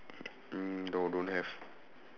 no don't have